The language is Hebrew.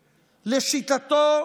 לשיטתו,